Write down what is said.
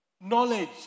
knowledge